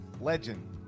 legend